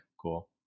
cool